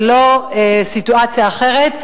ולא סיטואציה אחרת.